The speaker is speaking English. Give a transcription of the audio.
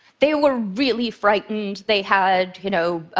they were really frightened, they had, you know,